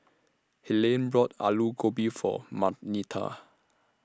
Helaine brought Alu Gobi For Marnita